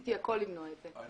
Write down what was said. עשיתי הכול למנוע את זה,